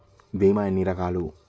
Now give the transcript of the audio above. భీమ ఎన్ని రకాలు?